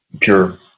pure